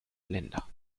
länder